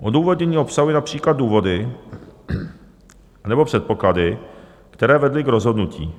Odůvodnění obsahuje například důvody nebo předpoklady, které vedly k rozhodnutí.